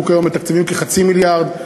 אנחנו כיום מתקצבים כחצי מיליארד,